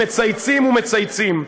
מצייצים ומצייצים.